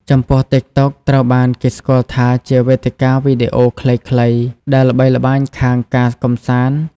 ចំពោះ តិកតុក ត្រូវបានគេស្គាល់ថាជាវេទិកាវីដេអូខ្លីៗ ដែលល្បីល្បាញខាងការកម្សាន្ត។